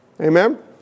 Amen